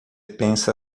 pensa